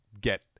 get